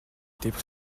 étaient